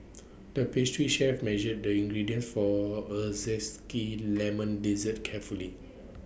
the pastry chef measured the ingredients for A Zesty Lemon Dessert carefully